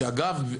שאגב,